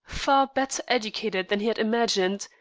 far better educated than he had imagined,